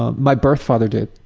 ah my birth father did.